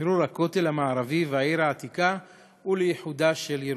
לשחרור הכותל המערבי והעיר העתיקה ולאיחודה של ירושלים.